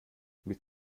mit